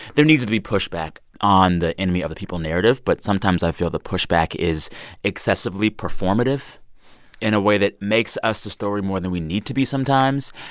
there needs to be pushback on the enemy-of-the-people narrative. but sometimes i feel the pushback is excessively performative in a way that makes us a story more than we need to be sometimes.